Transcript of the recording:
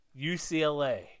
UCLA